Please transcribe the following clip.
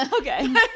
Okay